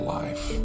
life